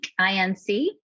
inc